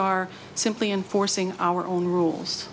are simply enforcing our own rules